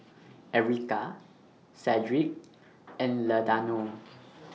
Erykah Cedrick and Ladonna